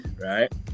Right